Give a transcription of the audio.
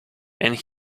and